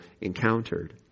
encountered